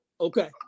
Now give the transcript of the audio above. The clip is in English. Okay